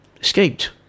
escaped